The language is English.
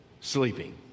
sleeping